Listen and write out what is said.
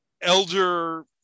elder